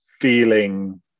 feeling